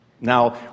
now